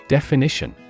Definition